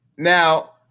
Now